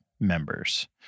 members